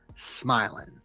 Smiling